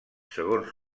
segons